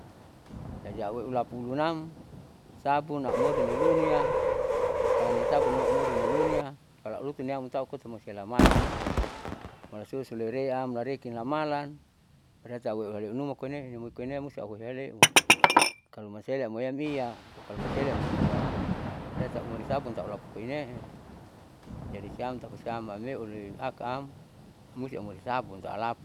Jadi aueu ulapulunam sapunamori nilunia kaloni sapunua niamori nilunia kalo lutuniam tahu koatati maselamalan malasosoleream lareken lamalan barati au halinuma koinee amoikonee amoikoinee brati ausiale. kalo masih ada amoiam iya, kalo masih ada amoiam koa berati amori sabun tau au pupurine'e. jadi siam tapasiam ameioli aka am musti amaoi sabun tahu alapun.